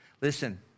Listen